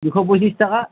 দুশ পঁচিছ টকা